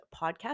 Podcast